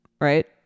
Right